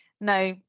now